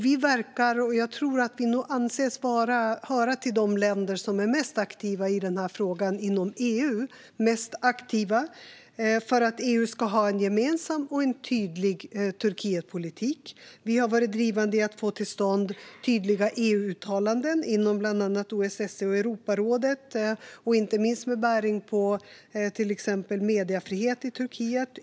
Vi verkar för att EU ska ha en gemensam och tydlig Turkietpolitik, och jag tror att vi anses höra till de länder som är mest aktiva i denna fråga inom EU. Vi har varit drivande i att få till stånd tydliga EU-uttalanden inom bland annat OSSE och Europarådet, inte minst med bäring på till exempel mediefrihet i Turkiet.